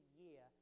year